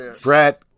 Brett